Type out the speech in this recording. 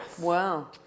Wow